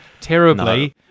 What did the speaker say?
terribly